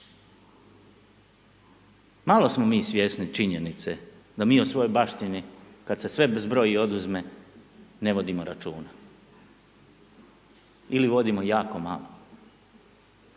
Malo smo mi svjesni činjenice da mi u svojoj baštini kad se sve zbroji i oduzme ne vodimo računa. Ili vodimo jako malo.